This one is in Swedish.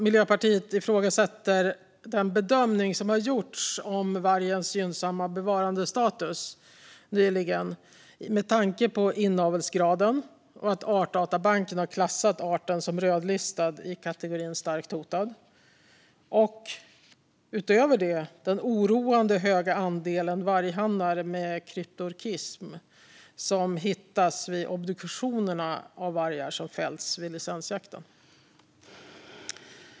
Miljöpartiet ifrågasätter den bedömning som nyligen har gjorts om vargens gynnsamma bevarandestatus, med tanke på inavelsgraden och att Artdatabanken har klassat arten som rödlistad i kategorin starkt hotad och, utöver detta, den oroande höga andelen varghannar med kryptorkism som hittats vid obduktionerna av vargar som fällts vid licensjakten.